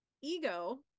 ego